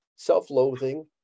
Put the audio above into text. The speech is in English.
Self-loathing